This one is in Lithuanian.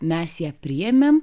mes ją priėmėm